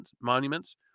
monuments